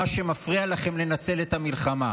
מה שמפריע לכם לנצח את המלחמה,